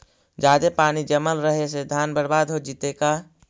जादे पानी जमल रहे से धान बर्बाद हो जितै का?